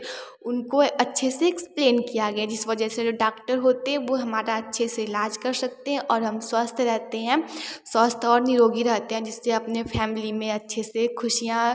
उनको अच्छे से एक्सप्लेन किया गया है जिस वजह से जो डॉक्टर होते हैं वह हमारा अच्छे से इलाज कर सकते हैं और हम स्वस्थ रहते हैं स्वस्थ और निरोगी रहते हैं जिससे अपनी फैमिली में अच्छे से खुशियाँ